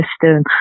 system